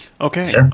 Okay